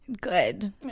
good